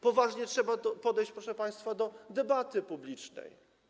Poważnie trzeba podejść, proszę państwa, do debaty publicznej.